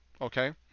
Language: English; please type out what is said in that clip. Okay